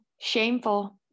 Shameful